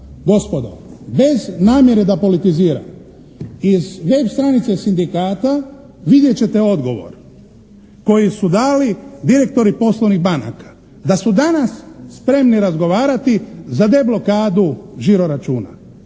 gospodo, bez namjere da politiziram. Iz web stranice sindikata vidjet ćete odgovor koji su dali direktori poslovnih banaka. Da su danas spremni razgovarati za deblokadu žiro računa